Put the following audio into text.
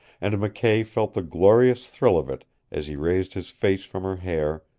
and mckay felt the glorious thrill of it as he raised his face from her hair,